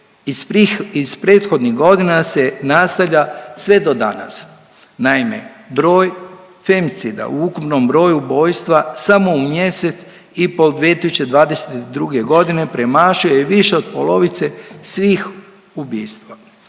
iz prethodnih godina se nastavlja sve do danas. Naime, broj femicida u ukupnom broju ubojstva samo u mjesec i po' 2022. g. premašuje više od polovice svih ubistva.